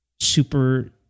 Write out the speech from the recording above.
super